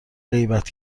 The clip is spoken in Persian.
غیبت